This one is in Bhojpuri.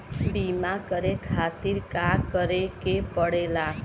बीमा करे खातिर का करे के पड़ेला?